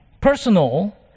personal